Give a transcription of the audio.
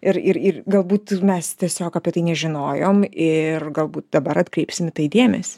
ir ir ir galbūt mes tiesiog apie tai nežinojom ir galbūt dabar atkreipsim į tai dėmesį